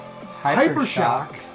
Hypershock